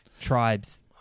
tribes